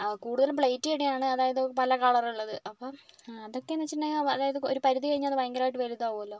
കൂടുതലും പ്ലേറ്റ് തന്നെയാണ് അതായത് പല കള്ളറുള്ളത് അപ്പം അതൊക്കെ എന്ന് വെച്ചിട്ടുണ്ടെങ്കില് അതായത് ഒരു പരിധി കഴിഞ്ഞാൽ അത് ഭയങ്കരമായിട്ടു വലിയതാകുമല്ലോ